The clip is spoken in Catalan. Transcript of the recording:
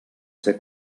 ser